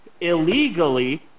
illegally